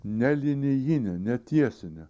nelinijine netiesine